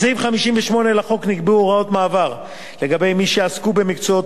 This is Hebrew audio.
בסעיף 58 לחוק נקבעו הוראות מעבר לגבי מי שעסקו במקצועות